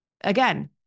Again